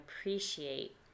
appreciate